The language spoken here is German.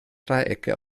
dreiecke